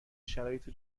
شرایط